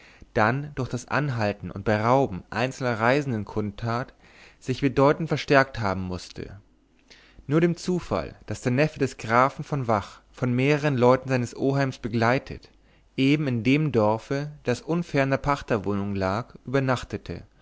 dann durch das anhalten und berauben einzelner reisenden kund tat bedeutend verstärkt haben mußte nur dem zufall daß der neffe des grafen von vach von mehreren leuten seines oheims begleitet eben in dem dorfe das unfern der pachterwohnung lag übernachtete